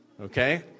okay